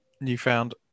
newfound